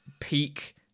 peak